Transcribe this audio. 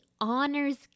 honors